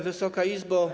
Wysoka Izbo!